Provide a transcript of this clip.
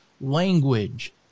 language